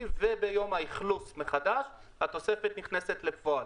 וביום האכלוס מחדש התוספת נכנסת לפועל.